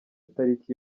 itariki